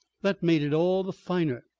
that made it all the finer.